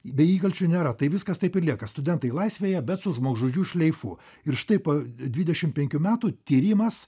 be įkalčio nėra tai viskas taip ir lieka studentai laisvėje bet su žmogžudžių šleifu ir štai po dvidešimt penkių metų tyrimas